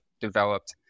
developed